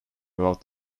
about